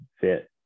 fit